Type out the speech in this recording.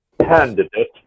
candidate